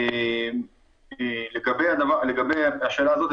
לגבי השאלה הזאת,